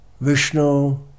Vishnu